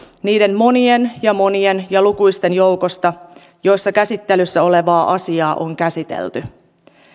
niiden monien ja monien ja lukuisten joukosta joissa käsittelyssä olevaa asiaa on käsitelty